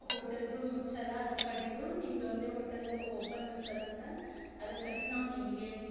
ಹೋಟೆಲ್ಗಳು ಮುಚ್ಚಿದೆ ಅದ್ರ ಕಡಿಂದು ನಿಮ್ದು ಒಂದೇ ಹೋಟಲ್ಲು ಓಪನ್ ಇರ್ತದಂತ ಅದ್ರ ಕಡೆ ನಾವು ನಿಮಗೆ